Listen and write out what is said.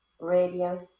radiance